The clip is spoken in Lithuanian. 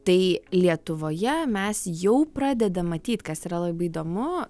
tai lietuvoje mes jau pradedam matyt kas yra labai įdomu